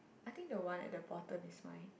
I think the one at the bottom is fine